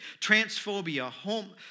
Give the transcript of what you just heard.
Transphobia